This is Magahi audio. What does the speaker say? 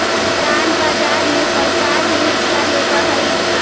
बॉन्ड बाजार में सरकार भी हिस्सा लेवऽ हई